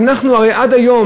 ואנחנו הרי עד היום,